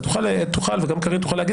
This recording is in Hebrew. אתה תוכל וגם קארין,